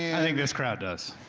i think this crowd does.